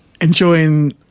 enjoying